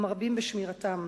ומרבים בשמירתן".